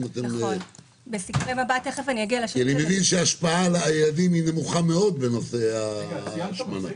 אני מבין שההשפעה על הילדים נמוכה מאוד בנושא ההשמנה.